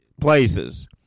places